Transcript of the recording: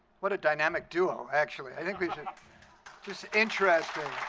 what a dynamic duo, actually. i think we should just interesting.